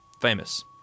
famous